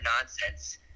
nonsense